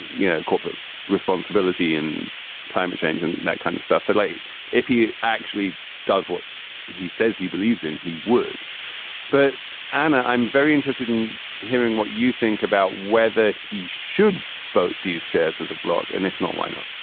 you know, corporate responsibility and climate change and that kind of stuff. sadly, if he actually does what he says he believes in, he would but and i'm very interested in hearing what you think about whether he should vote these shares as a blog. and if not, why not?